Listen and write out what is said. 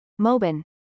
mobin